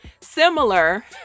Similar